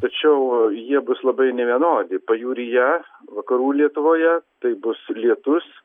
tačiau jie bus labai nevienodi pajūryje vakarų lietuvoje tai bus lietus